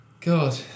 God